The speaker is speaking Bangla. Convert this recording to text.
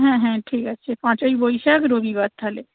হ্যাঁ হ্যাঁ ঠিক আছে পাঁচই বৈশাখ রবিবার তাহলে